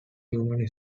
human